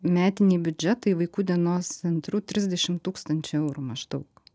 metiniai biudžetai vaikų dienos centrų trisdešim tūkstančių eurų maždaug